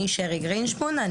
אני שרי גרינשפון,